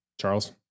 charles